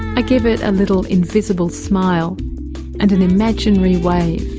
i give it a little invisible smile and an imaginary wave,